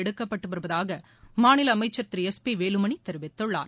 எடுக்கப்பட்டு வருவதாக மாநில அமைச்சர் திரு எஸ் பி வேலுமணி தெரிவித்துள்ளார்